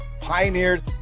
pioneered